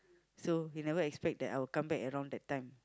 so he never expect that I will come back around that time